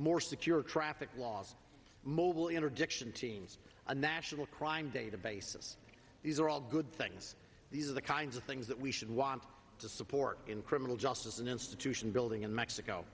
more secure traffic laws mobile interdiction teams a national crime databases these are all good things these are the kinds of things that we should want to support in criminal justice an institution building in mexico